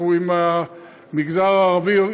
אנחנו עם המגזר הערבי,